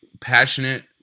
passionate